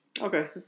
Okay